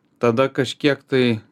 tada kažkiek tai